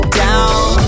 down